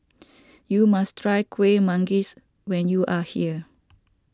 you must try Kueh Manggis when you are here